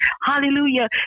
Hallelujah